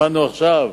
שמענו עכשיו,